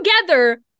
together